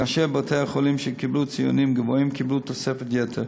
כאשר בתי-החולים שקיבלו ציונים גבוהים קיבלו תוספת יתר.